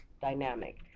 dynamic